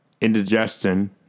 Indigestion